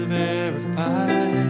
verify